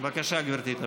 בבקשה, גברתי, תמשיכי.